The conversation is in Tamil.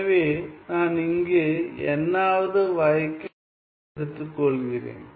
எனவே நான் இங்கு n ஆவது வகைக்கெழுவை எடுத்துக்கொள்கிறேன்